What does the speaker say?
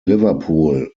liverpool